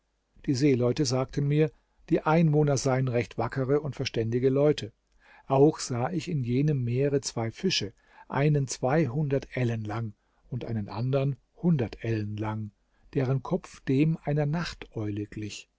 die seeleute sagten mir die einwohner seien recht wackere und verständige leute auch sah ich in jenem meere zwei fische einen zweihundert ellen lang und einen andern hundert ellen lang deren kopf dem einer nachteule glich